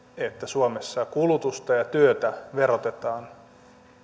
että suomessa kulutusta ja työtä verotetaan